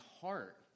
heart